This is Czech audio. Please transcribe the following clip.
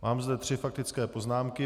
Mám zde tři faktické poznámky.